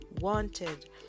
wanted